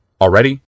Already